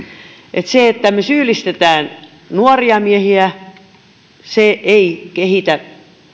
että se että me syyllistämme nuoria miehiä ei kehitä